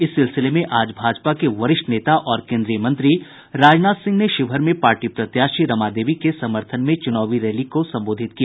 इस सिलसिले में आज भाजपा के वरिष्ठ नेता और केन्द्रीय मंत्री राजनाथ सिंह ने शिवहर में पार्टी प्रत्याशी रमा देवी के समर्थन में चुनावी रैली को संबोधित किया